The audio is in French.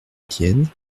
etienne